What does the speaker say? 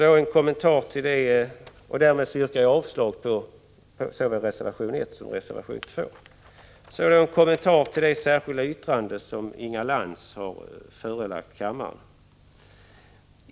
Jag yrkar därmed avslag på såväl reservation 1 som reservation 2. Jag vill därefter kommentera det särskilda yrkande som Inga Lantz har förelagt kammaren.